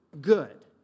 good